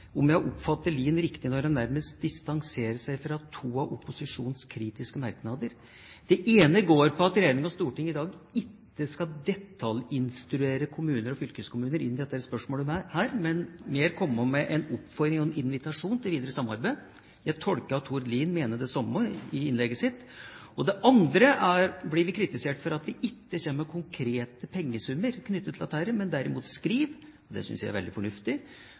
Lien riktig når han nærmest distanserer seg fra to av opposisjonens kritiske merknader. Det ene går på at regjering og storting i dag ikke skal detaljinstruere kommuner og fylkeskommuner i dette spørsmålet, men mer komme med en oppfordring og invitasjon til videre samarbeid. Jeg tolker Tord Lien slik at han mener det samme i innlegget sitt. Og det andre er at vi blir kritisert for at vi ikke kommer med konkrete pengesummer knyttet til dette, men derimot skriver – og det synes jeg er veldig fornuftig